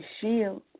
shield